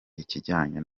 ikijyanye